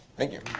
thank you.